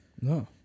No